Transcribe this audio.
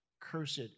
Cursed